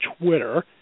Twitter